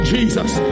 Jesus